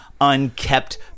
unkept